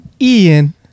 ian